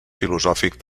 filosòfic